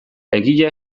egia